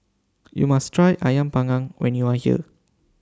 YOU must Try Ayam Panggang when YOU Are here